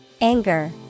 Anger